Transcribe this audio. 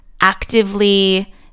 actively